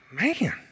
man